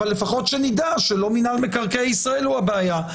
אבל לפחות שנדע שלא מינהל מקרקעי ישראל הוא הבעיה.